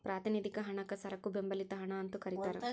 ಪ್ರಾತಿನಿಧಿಕ ಹಣಕ್ಕ ಸರಕು ಬೆಂಬಲಿತ ಹಣ ಅಂತೂ ಕರಿತಾರ